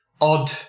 odd